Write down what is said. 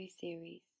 series